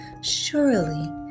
Surely